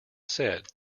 said